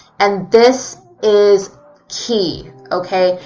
and this is key, okay?